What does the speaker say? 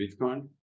Bitcoin